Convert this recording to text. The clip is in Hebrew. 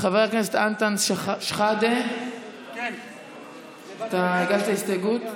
חבר הכנסת אנטאנס שחאדה, אתה הגשת הסתייגות,